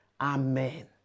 Amen